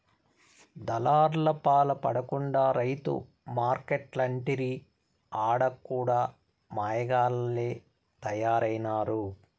దళార్లపాల పడకుండా రైతు మార్కెట్లంటిరి ఆడ కూడా మాయగాల్లె తయారైనారు